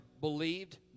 believed